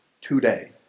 today